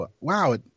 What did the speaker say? wow